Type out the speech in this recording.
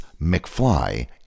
McFly